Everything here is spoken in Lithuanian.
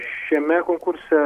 šiame konkurse